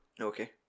Okay